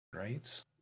right